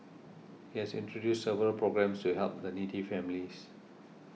he has introduced several programmes to help the needy families